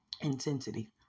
intensity